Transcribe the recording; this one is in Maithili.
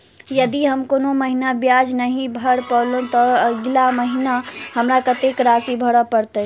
यदि हम कोनो महीना ब्याज नहि भर पेलीअइ, तऽ अगिला महीना हमरा कत्तेक राशि भर पड़तय?